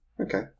Okay